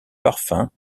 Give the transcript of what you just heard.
parfums